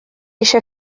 eisiau